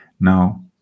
Now